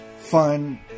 fun